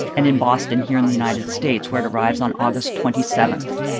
and in boston here in the united states where it arrives on august twenty seven.